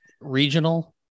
regional